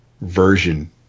version